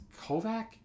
Kovac